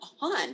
on